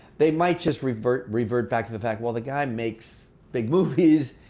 they might just revert revert back to the fact. well, the guy makes big movies.